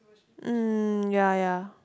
mm ya ya